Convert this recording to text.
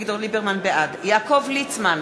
יעקב ליצמן,